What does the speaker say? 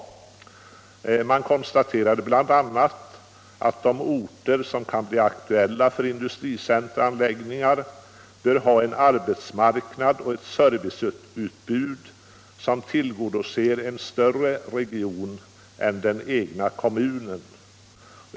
Utredningen konstaterade bl.a. att de orter som kan bli aktuella för industricenteranläggningar bör ha en arbetsmarknad och ett serviceutbud som tillgodoser en större region än den egna kommunen.